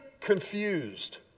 confused